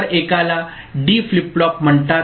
तर एकाला D flip flop म्हणतात